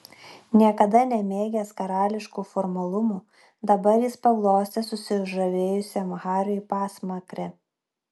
niekada nemėgęs karališkų formalumų dabar jis paglostė susižavėjusiam hariui pasmakrę